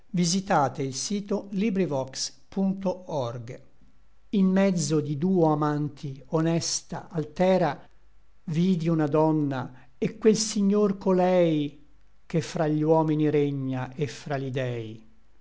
come mai fu saldo in mezzo di duo amanti honesta altera vidi una donna et quel signor co lei che fra gli uomini regna et fra gli dèi